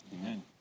Amen